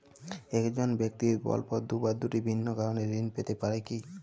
এক জন ব্যক্তি পরপর দুবার দুটি ভিন্ন কারণে ঋণ নিতে পারে কী?